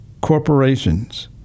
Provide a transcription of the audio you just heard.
corporations